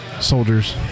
soldiers